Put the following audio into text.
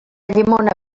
llimona